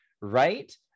right